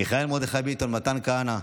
מיכאל מרדכי ביטון, מתן כהנא,